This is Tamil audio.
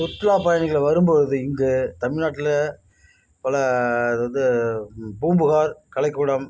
சுற்றுலாப் பயணிகள் வரும்போது இங்கு தமிழ்நாட்டில் பல அது வந்து பூம்புகார் கலைக்கூடம்